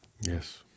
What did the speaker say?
Yes